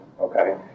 Okay